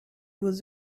was